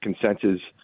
consensus